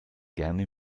gerne